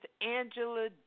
Angela